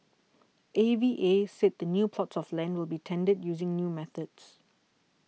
A V A said the new plots of land will be tendered using new methods